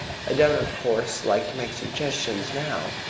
i don't, of course, like to make suggestions now,